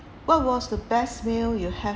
what was the best meal you have